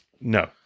No